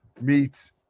meets